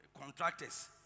contractors